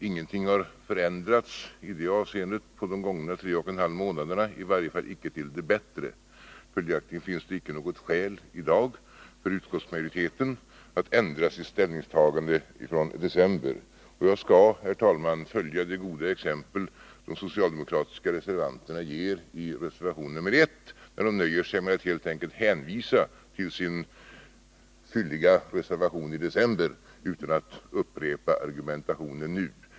Ingenting har förändrats i det avseendet på de gångna tre och en halv månaderna — i varje fall icke till det bättre. Följaktligen finns det icke något skäl för utskottsmajoriteten att förändra sitt ställningstagande från december. Jag skall, herr talman, följa det goda exempel som de socialdemokratiska reservanterna ger i reservationen 1, där de nöjer sig med att helt enkelt hänvisa till sin fylliga reservation i december utan att upprepa argumentationen nu.